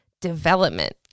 development